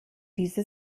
diese